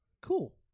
Cool